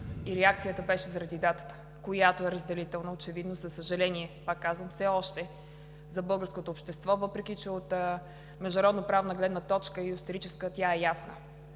и реакцията беше заради датата, която е разделителна очевидно, със съжаление, пак казвам, все още за българското общество, въпреки, че от международноправна и историческа гледна